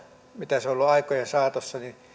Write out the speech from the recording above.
mitä se on ollut aikojen saatossa niin